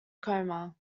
coma